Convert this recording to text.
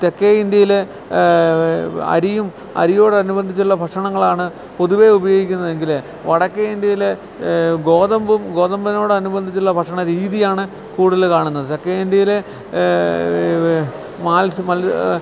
തെക്കേ ഇന്ത്യയില് അരിയും അരിയോടനുബന്ധിച്ചുള്ള ഭക്ഷണങ്ങളുമാണ് പൊതുവെ ഉപയോഗിക്കുന്നതെങ്കില് വടക്കേ ഇന്ത്യയില് ഗോതമ്പും ഗോതമ്പിനോട് അനുബന്ധിച്ചുള്ള ഭക്ഷണരീതിയാണ് കൂടുതലും കാണുന്നത് തെക്കേ ഇന്ത്യയിലെ